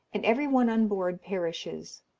and every one on board perishes.